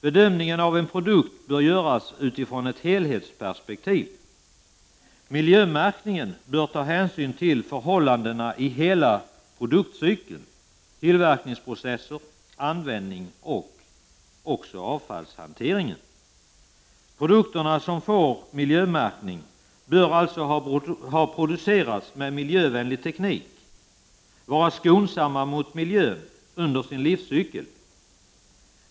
Bedömning av en produkt bör göras utifrån ett helhetsperspektiv. Vid miljömärkning bör hänsyn tas till förhållandena i hela produktcykeln: tillverkningsprocessen, användningen och avfallshanteringen. Produkterna som får miljömärkning bör alltså ha producerats med miljövänlig teknik, vara skonsamma mot miljön under sin livscykel.